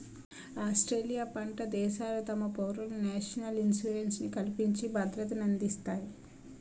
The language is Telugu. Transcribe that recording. ఆస్ట్రేలియా వంట దేశాలు తమ పౌరులకు నేషనల్ ఇన్సూరెన్స్ ని కల్పించి భద్రతనందిస్తాయి